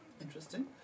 Interesting